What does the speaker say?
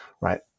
right